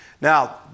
Now